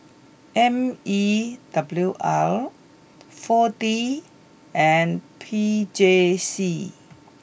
M E W R four D and P J C